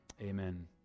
amen